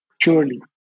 purely